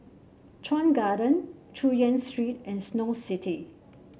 Chuan Garden Chu Yen Street and Snow City